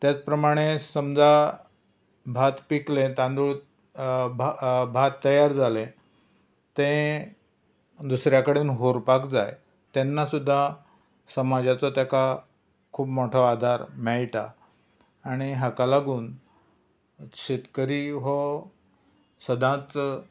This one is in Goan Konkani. तेच प्रमाणें समजा भात पिकले तांदूळ भात तयार जालें तें दुसऱ्या कडेन व्हरपाक जाय तेन्ना सुद्दां समाजाचो ताका खूब मोठो आदार मेळटा आनी हाका लागून शेतकरी हो सदांच